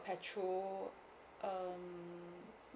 petrol um